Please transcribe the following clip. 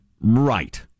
Right